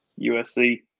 USC